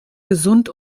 gesund